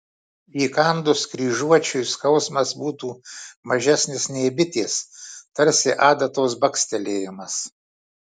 įkandus kryžiuočiui skausmas būtų mažesnis nei bitės tarsi adatos bakstelėjimas